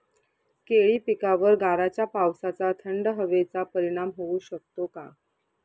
केळी पिकावर गाराच्या पावसाचा, थंड हवेचा परिणाम होऊ शकतो का?